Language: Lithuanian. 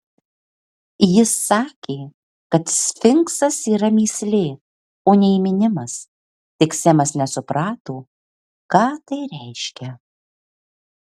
jis sakė kad sfinksas yra mįslė o ne įminimas tik semas nesuprato ką tai reiškia